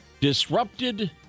disrupted